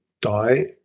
die